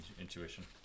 intuition